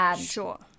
Sure